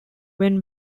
when